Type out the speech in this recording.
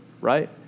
right